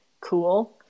cool